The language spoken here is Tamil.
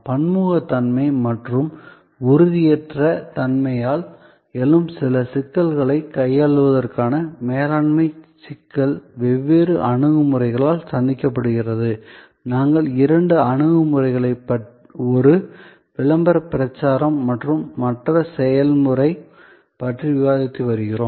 பன்முகத்தன்மை மற்றும் உறுதியற்ற தன்மையால் எழும் இந்த சிக்கல்களைக் கையாள்வதற்கான மேலாண்மை சிக்கல் வெவ்வேறு அணுகுமுறைகளால் சந்திக்கப்படுகிறது நாங்கள் இரண்டு அணுகுமுறைகளை ஒரு விளம்பர பிரச்சாரம் மற்றும் மற்ற செயல்முறை பற்றி விவாதித்து வருகிறோம்